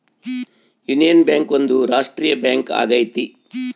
union Bank ಒಂದು ರಾಷ್ಟ್ರೀಯ bank ಆಗೈತಿ